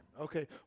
Okay